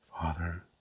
Father